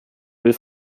will